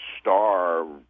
star